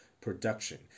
production